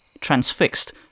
Transfixed